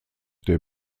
der